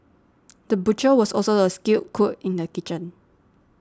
the butcher was also a skilled cook in the kitchen